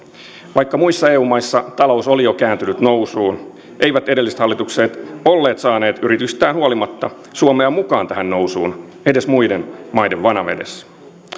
vaikka muissa eu maissa talous oli jo kääntynyt nousuun eivät edelliset hallitukset olleet saaneet yrityksistään huolimatta suomea mukaan tähän nousuun edes muiden maiden vanavedessä